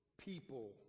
people